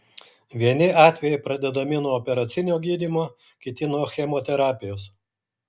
vieni atvejai pradedami nuo operacinio gydymo kiti nuo chemoterapijos